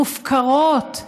מופקרות,